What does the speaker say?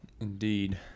Indeed